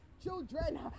children